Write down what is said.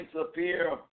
appear